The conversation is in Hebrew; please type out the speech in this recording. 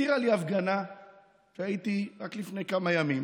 הזכירה לי הפגנה שהייתי בה רק לפני כמה ימים